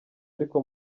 ariko